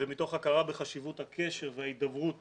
ומתוך הכרה בחשיבות הקשר וההידברות